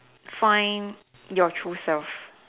find your true self